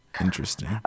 Interesting